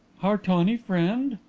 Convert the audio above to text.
our tawny friend?